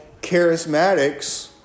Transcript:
charismatics